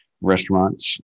restaurants